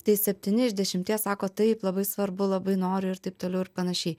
tai septyni iš dešimties sako taip labai svarbu labai noriu ir taip toliau ir panašiai